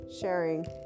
sharing